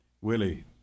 Willie